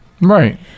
right